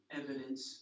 evidence